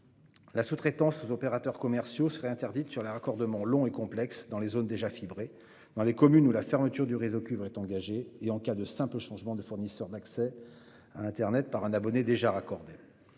la sous-traitance aux opérateurs commerciaux serait interdite pour les raccordements longs et complexes dans les zones déjà fibrées, dans les communes où la fermeture du réseau cuivré est engagée et en cas de simple changement de fournisseur d'accès à internet par un abonné déjà raccordé.